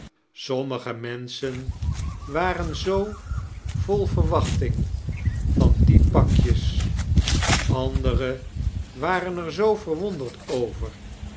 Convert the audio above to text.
sommige menschen waren zoo vol verwachting van die pakjes andere waren er zooverwonderd over